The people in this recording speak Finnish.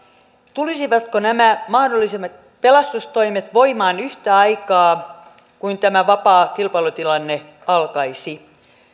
tulisivatko nämä mahdolliset pelastustoimet voimaan yhtä aikaa kuin tämä vapaa kilpailutilanne alkaisi